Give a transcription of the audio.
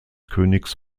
königs